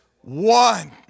one